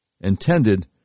intended